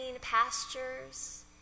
pastures